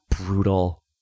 brutal